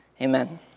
amen